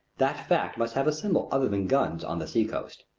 that fact must have a symbol other than guns on the sea-coast.